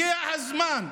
הגיע הזמן,